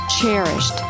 cherished